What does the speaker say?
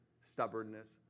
stubbornness